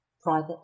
private